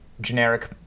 generic